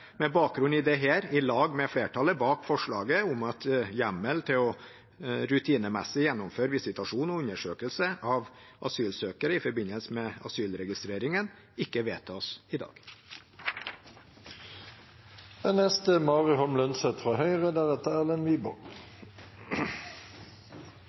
bakgrunn i dette i lag med flertallet bak forslaget om at hjemmel til rutinemessig å gjennomføre visitasjon og undersøkelse av asylsøkere i forbindelse med asylregistreringen ikke vedtas i dag. Jeg må si jeg er glad for at Høyre